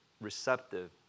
receptive